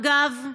אגב,